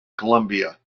colombia